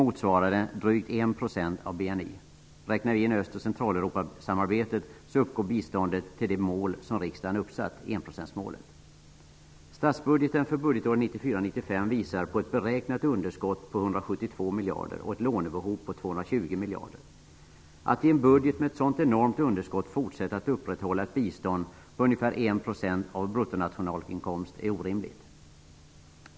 Om vi räknar in samarbetet med Östoch Centraleuropa uppgår biståndet till det mål som riksdagen har uppsatt -- enprocentsmålet. Statsbudgeten för budgetåret 1994/95 visar på ett beräknat underskott på 172 miljarder och ett lånebehov på 220 miljarder. Att i en budget med ett så enormt underskott fortsätta att upprätthålla ett bistånd på ungefär 1 % av bruttonationalinkomsten är orimligt.